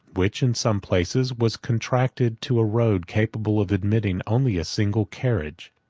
which, in some places, was contracted to a road capable of admitting only a single carriage.